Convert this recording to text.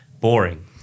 boring